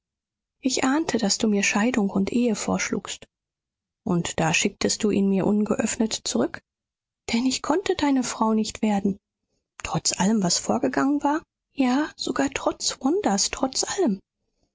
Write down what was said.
ich ahnte daß du mir scheidung und ehe vorschlugst und da schicktest du ihn mir ungeöffnet zurück denn ich konnte deine frau nicht werden trotz allem was vorgegangen war ja sogar trotz wandas trotz allem